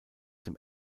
dem